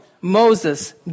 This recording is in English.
Moses